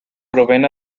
proveen